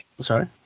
Sorry